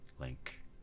Link